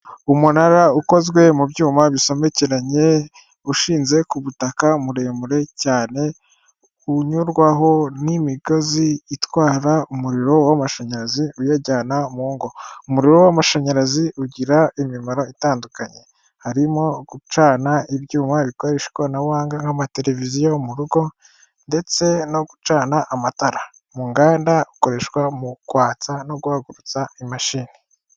Umunara ukozwe mu byuma bisomekeranye ushinze ku butaka muremure cyane unyurwaho n'imigozi itwara umuriro w'amashanyarazi uyajyana mu ngo umuriro w'amashanyarazi ugira imimaro itandukanye harimo gucana ibyuma bikoresha ikoranabuhanga nk'amateleviziyo mu rugo ndetse no gucana amatara mu nganda ukoreshwa mu kwatsa no guhagurutsa imashini.